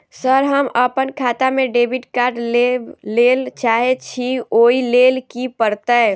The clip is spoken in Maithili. सर हम अप्पन खाता मे डेबिट कार्ड लेबलेल चाहे छी ओई लेल की परतै?